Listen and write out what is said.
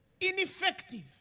ineffective